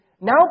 now